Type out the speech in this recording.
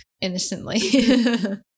innocently